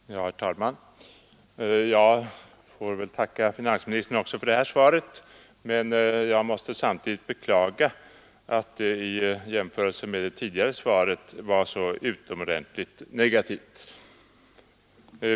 Herr talman! Jag får väl tacka finansministern också för det här svaret, men jag måste samtidigt beklaga att det i motsats till det tidigare interpellationssvaret var så utomordentligt negativt.